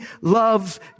loves